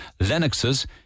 Lennox's